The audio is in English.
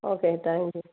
okay thank you